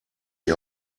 die